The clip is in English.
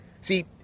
See